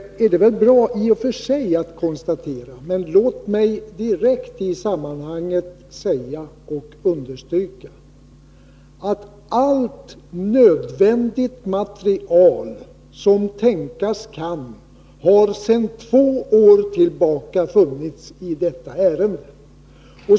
Det är bra i och för sig att kunna konstatera detta. Men låt mig i sammanhanget säga och understryka att allt nödvändigt material som tänkas kan sedan två år tillbaka har funnits i detta ärende.